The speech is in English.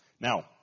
Now